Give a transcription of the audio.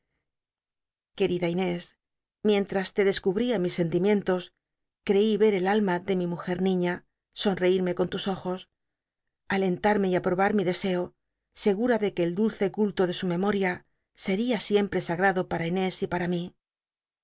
querida inés mientras te descubria mis sentimientos creí ver el alma de mi mujer niña sonreirme con tus ojos alentarme y aprobar mi deseo segura de que el dulce culto de su memoria seria siempre sagrado para inés y para mi